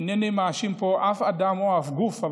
אינני מאשים כאן אף אדם או גוף,